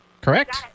Correct